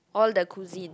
all the cuisine